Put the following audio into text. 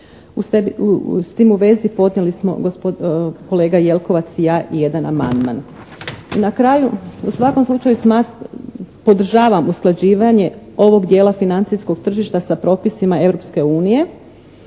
S tim u vezi podnijeli smo kolega Jelkovac i ja jedan amandman. Na kraju u svakom slučaju podržavam usklađivanje ovog dijela financijskog tržišta sa propisima